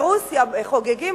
ברוסיה חוגגים,